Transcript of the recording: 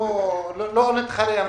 אנחנו לא נתחרה.